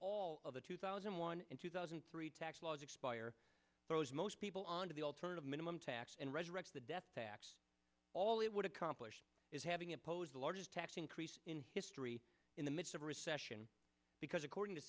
all of the two thousand one in two thousand and three tax laws expire those most people onto the alternative minimum tax and resurrect the death tax all it would accomplish is having opposed the largest tax increase in history in the midst of a recession because according to